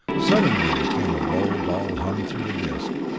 suddenly there came a low, dull hum through the disc,